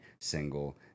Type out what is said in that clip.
single